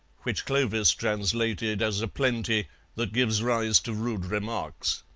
which clovis translated as a plenty that gives rise to rude remarks.